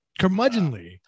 curmudgeonly